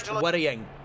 Worrying